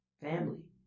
family